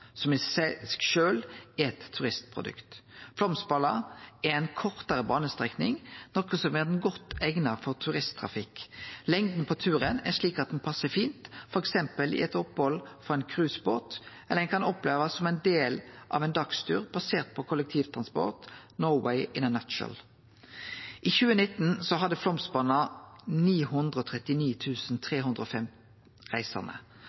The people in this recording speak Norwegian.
som i seg sjølv er eit turistprodukt. Flåmsbana er ei kortare banestrekning, noko som gjer den godt eigna for turisttrafikk. Lengda på turen er slik at den passar fint f.eks. i eit opphald på ein cruisebåt, eller den kan opplevast som ein del av ein dagstur basert på kollektivtransport, «Norway in a nutshell». I 2019 hadde Flåmsbana 939 305 reisande,